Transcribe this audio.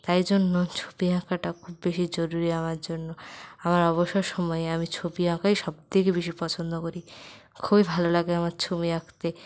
তাই জন্য ছবি আঁকাটা খুব বেশি জরুরি আমার জন্য আমার অবসর সময়ে আমি ছবি আঁকাই সব থেকে বেশি পছন্দ করি খুবই ভালো লাগে আমার ছবি আঁকতে